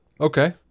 Okay